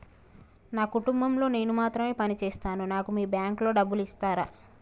నా కుటుంబం లో నేను మాత్రమే పని చేస్తాను నాకు మీ బ్యాంకు లో డబ్బులు ఇస్తరా?